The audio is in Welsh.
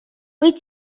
wyt